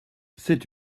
c’est